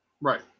Right